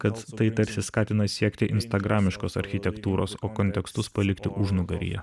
kad tai tarsi skatina siekti instagramiškos architektūros o kontekstus palikti užnugaryje